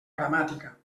gramàtica